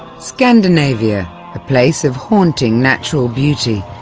scandinavia a place of haunting natural beauty,